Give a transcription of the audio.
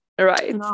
right